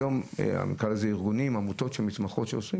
נקרא לזה ארגונים או עמותות שמתמחות שעוסקים,